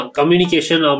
Communication